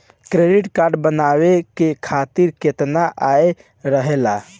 Credit card बनवाए के खातिर केतना आय रहेला?